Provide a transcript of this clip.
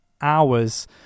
hours